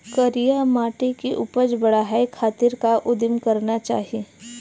करिया माटी के उपज बढ़ाये खातिर का उदिम करना चाही?